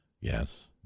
yes